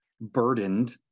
burdened